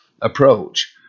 approach